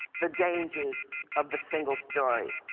the dangers of the single story.